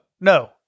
no